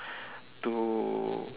to